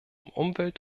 umwelt